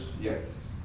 Yes